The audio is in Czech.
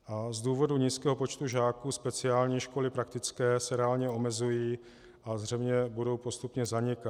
A z důvodu nízkého počtu žáků speciální školy praktické se reálně omezují a zřejmě budou postupně zanikat.